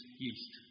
yeast